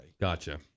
gotcha